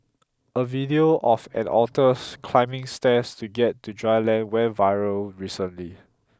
a video of an otter climbing stairs to get to dry land went viral recently